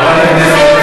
אתה לא,